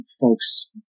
folks